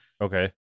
okay